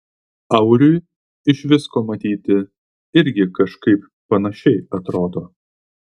auriui iš visko matyti irgi kažkaip panašiai atrodo